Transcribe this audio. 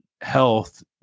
health